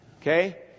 Okay